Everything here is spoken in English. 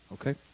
Okay